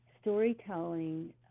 storytelling